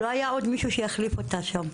לא היה מישהו שיחליף אותה שם.